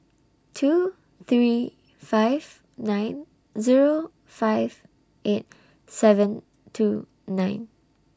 two three five nine Zero five eight seven two nine